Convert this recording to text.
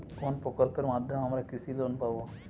কোন প্রকল্পের মাধ্যমে আমরা কৃষি লোন পাবো?